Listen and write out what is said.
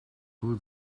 who